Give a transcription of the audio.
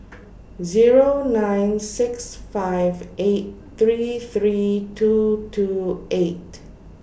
Zero nine six five eight three three two two eight